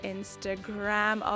Instagram